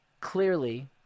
clearly